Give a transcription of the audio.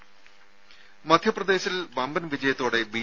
രുര മധ്യപ്രദേശിൽ വമ്പൻ വിജയത്തോടെ ബി